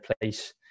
place